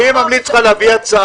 אני ממליץ לך להביא הצעה,